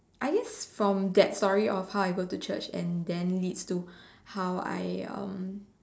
I guess from that story of how I go to Church and then leads to how I um